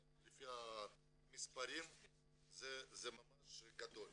אבל לפי המספרים זה ממש גדול.